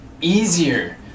easier